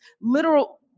literal